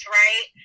right